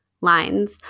lines